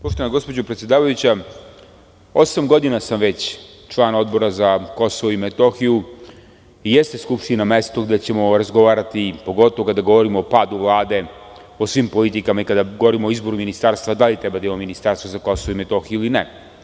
Poštovana gospođo predsedavajuća, osam godina sam već član Odbora za Kosovo i Metohiju, jeste Skupština mesto gde ćemo razgovarati, pogotovo kada govorimo o padu Vlade, o svim politikama i kada govorimo o izboru ministarstva, da li treba da imamo Ministarstvo za Kosovo i Metohiju ili ne?